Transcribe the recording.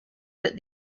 that